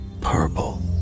purple